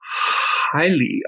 highly